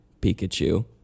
Pikachu